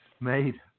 made